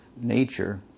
nature